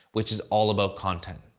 which is all about content.